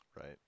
Right